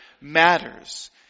matters